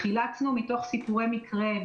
חילצנו מתוך סיפורי מקרה,